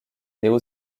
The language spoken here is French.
néo